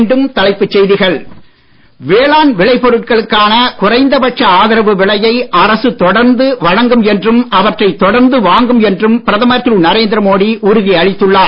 மீண்டும் தலைப்புச் செய்திகள் வேளாண் விளை பொருட்களுக்கு குறைந்த பட்ச ஆதரவு விலையை அரசு தொடர்ந்து வழங்கும் என்றும் அவற்றை தொடர்ந்து வாங்கும் என்றும் பிரதமர் திரு நரேந்திர மோடி உறுதி அளித்துள்ளார்